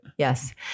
Yes